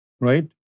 right